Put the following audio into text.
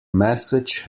message